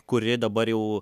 kuri dabar jau